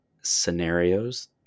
scenarios